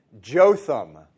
Jotham